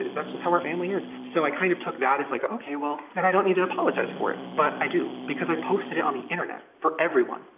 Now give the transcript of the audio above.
that's how our family is so i kind of took that it's like, okay, well, then i don't need to apologize for it' but i do because i posted it on the internet for everyone,